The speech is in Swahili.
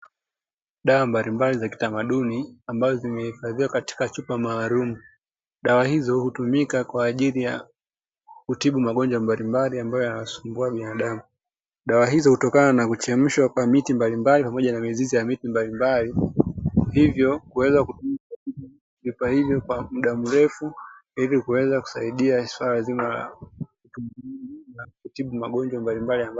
Dawa mbalimbali za kitamaduni, ambazo zimehifadhiwa katika chupa maalum dawa hizo hutumika kwa ajili ya kutibu magonjwa mbalimbali, ambayo yanasumbua binadamu dawa hizo hutokana na kuchemshwa kwa miti mbalimbali pamoja na mizizi ya miti mbalimbali hivyo kuweza kwa muda mrefu ili kuweza kusaidia swala nzima la kutibu magonjwa mbalimbali ambayo.